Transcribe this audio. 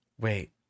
Wait